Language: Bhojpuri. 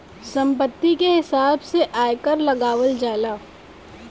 संपत्ति के हिसाब से आयकर लगावल जाला